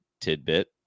tidbit